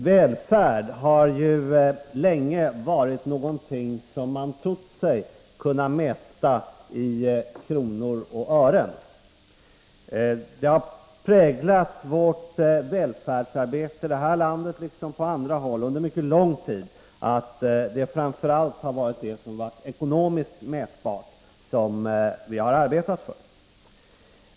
Välfärd har länge varit någonting som man trott sig kunna mäta i kronor och ören. Välfärdsarbetet i det här landet liksom på många andra håll har under en mycket lång tid präglats av att man arbetat för det som varit ekonomiskt mätbart.